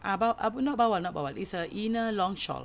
ah baw~ not bawal not bawal it's a inner long shawl